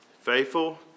faithful